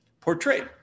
portrayed